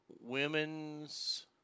women's